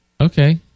okay